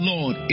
Lord